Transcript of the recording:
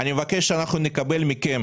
אבקש לקבל מכם